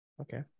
Okay